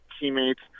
teammates